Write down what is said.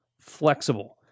flexible